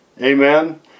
Amen